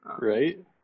Right